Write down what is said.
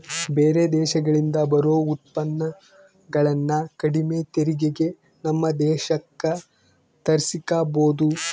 ಬೇರೆ ದೇಶಗಳಿಂದ ಬರೊ ಉತ್ಪನ್ನಗುಳನ್ನ ಕಡಿಮೆ ತೆರಿಗೆಗೆ ನಮ್ಮ ದೇಶಕ್ಕ ತರ್ಸಿಕಬೊದು